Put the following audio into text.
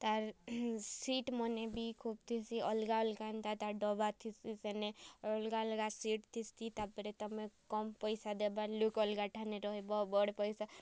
ତା'ର୍ ସିଟ୍ମାନେ ବି ଖୁବ୍ ଥିସି ଅଲ୍ଗା ଅଲ୍ଗା ଏନ୍ତା ତା'ର୍ ଡ଼ବା ଥିସି ସେନେ ଅଲ୍ଗା ଅଲ୍ଗା ସିଟ୍ ଥିସି ତା'ର୍ପରେ ତମେ କମ୍ ପଇସା ଦେବାର୍ ଲୋକ୍ ଅଲ୍ଗା ଠାନେ ରହେବ ବଡ଼ ପଇସା